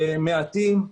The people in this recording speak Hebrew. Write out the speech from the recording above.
מעטים,